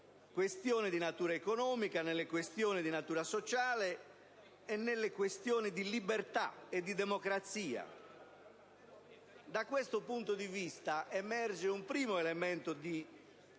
questioni di natura economica, sociale, di libertà e di democrazia. Da questo punto di vista emerge un primo elemento di